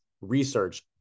research